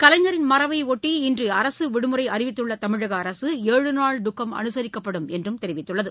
கலைஞரின் மறைவையொட்டி இன்று அரசு விடுமுறை அறிவித்துள்ள தமிழக அரசு ஏழு நாள் துக்கம் அனுசரிக்கப்படும் என்றும் தெரிவித்துள்ளது